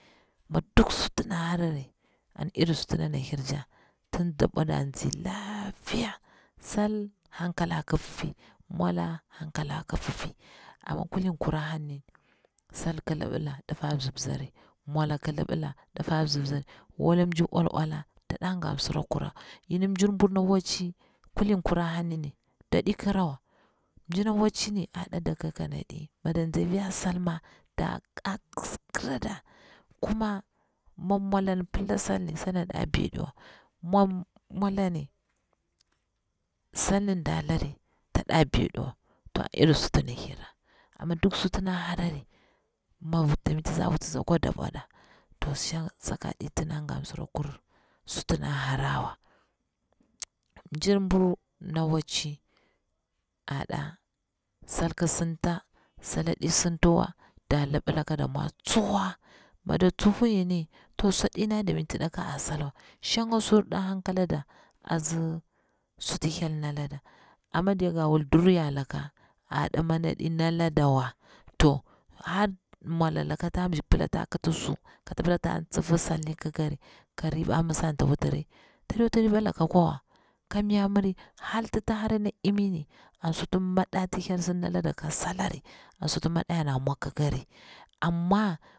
Mi duk suting da harari an iri suti dana hirja tin dabwoda anzi lafiya sal hankala ki pipi mwola hankala ki pipi ama kuling kura hangni sal ki libila difa zipzari mwola ki libila difa zipzari wala mji ol ola da dangam msirakurawa yini mjir mbur na waci kulin kura hanni dadi kirawa mjina wacini ada daka kanadi mi dan zai fiya sal ma da a kiskirada kuma mim mwolan pilla sal ni, sal ni ada bediwa mi mwolanni sal ning ndalari tada bediwa to an iri sutun hiri ama duk sutun da harari mi dametisi a wutisi a dabwada to shang saka di tin danga msurakur sutin dang harawa. Mjir mburu na waci ada sal ki sinta sala di sintiwa da libila ka da mwo tsuha mida tsuhu yini to su iy na dametida ka a salnuwa shanga surda hankalada azi suti hyel nalada ama diya ga wul duryal laka ada ma dadinaladawa to har mwolalaka tashi kata pila ta kiti su ka ta pila tang tsifi salni kikari ka riba mi sa an tita wutiri tadi wuti riba laka kwawa kamya miri hal tita hara na dimiini am sutim mada ti hyel si nalada ka salni an suti mada yarni ammwo kikari amma